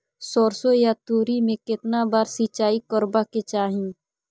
सरसो या तोरी में केतना बार सिंचाई करबा के चाही?